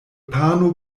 pano